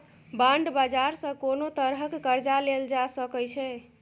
bond बाजार सँ कोनो तरहक कर्जा लेल जा सकै छै